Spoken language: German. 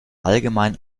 allgemein